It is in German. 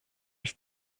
ich